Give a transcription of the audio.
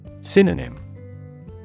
Synonym